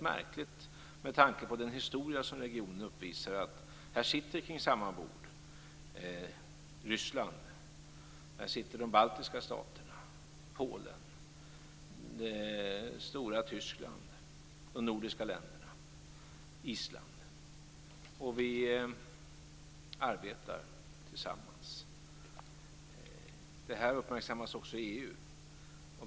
Med tanke på den historia som regionen uppvisar är det rätt märkligt att Ryssland, de baltiska staterna, Polen, det stora Tyskland, de nordiska länderna och Island här sitter vid samma bord och arbetar tillsammans. Det här uppmärksammas också i EU.